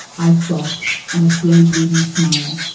i soft and a slow blooming smile,